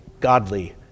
godly